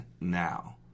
now